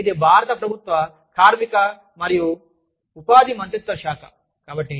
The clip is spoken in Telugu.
కాబట్టి ఇది భారత ప్రభుత్వ కార్మిక మరియు ఉపాధి మంత్రిత్వ శాఖ